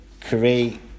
create